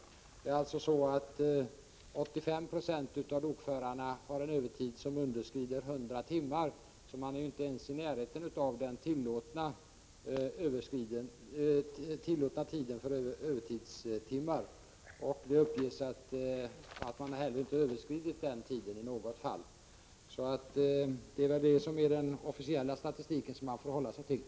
85 26 av lokförarna har alltså en övertid som Prot. 1985/86:39 understiger 100 timmar; man är inte ens i närheten av det tillåtna antalet 28 november 1985 övertidstimmar. Det uppges att man heller inte har överskridit det antalet i något fall. Det är väl denna officiella statistik man får hålla sig till.